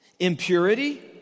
Impurity